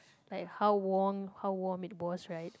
like how warm how warm it was right